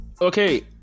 Okay